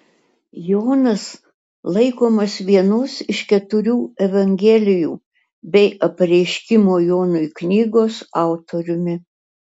jonas laikomas vienos iš keturių evangelijų bei apreiškimo jonui knygos autoriumi